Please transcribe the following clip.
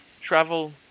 travel